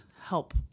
help